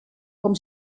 com